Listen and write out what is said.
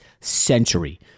century